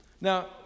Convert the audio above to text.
Now